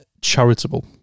charitable